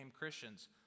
Christians